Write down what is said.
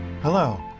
Hello